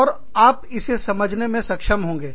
और आप इसे समझने में सक्षम होंगे